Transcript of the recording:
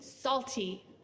salty